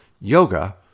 yoga